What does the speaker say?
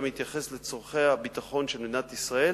מתייחס לצורכי הביטחון של מדינת ישראל,